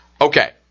Okay